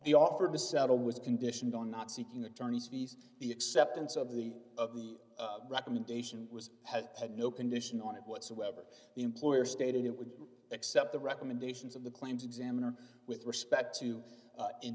the offer to settle was conditioned on not seeking attorney's fees the acceptance of the of the recommendation was has had no condition on it whatsoever the employer stated it would accept the recommendations of the claims examiner with respect to